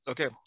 Okay